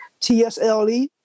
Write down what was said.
TSLE